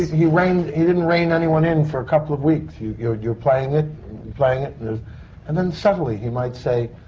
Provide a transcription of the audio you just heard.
he rein. he didn't rein anyone in for a couple of weeks. you're. you're you're playing and you're playing it and then subtly he might say.